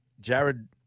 Jared